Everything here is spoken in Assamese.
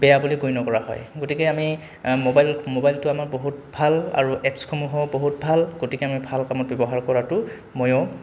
বেয়া বুলি গণ্য কৰা হয় গতিকে আমি মোবাইল মোবাইলটো আমাৰ বহুত ভাল আৰু এপছসমূহো বহুত ভাল গতিকে আমি ভাল কামত ব্যৱহাৰ কৰাটো ময়ো